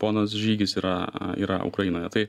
ponas žygis yra yra ukrainoje tai